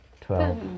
Twelve